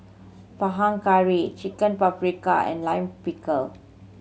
Panang Curry Chicken Paprika and Lime Pickle